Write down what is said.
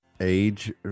age